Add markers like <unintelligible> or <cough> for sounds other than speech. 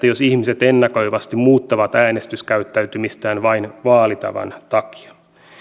<unintelligible> jos ihmiset ennakoivasti muuttavat äänestyskäyttäytymistään vain vaalitavan takia